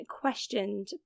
questioned